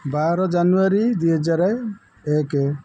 ବାର ଜାନୁଆରୀ ଦୁଇ ହଜାର ଏକ